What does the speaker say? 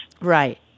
Right